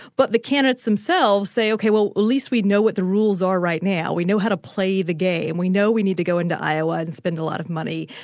but the candidates themselves say ok, at least we know what the rules are right now. we know how to play the game, we know we need to go into iowa and spend a lot of money,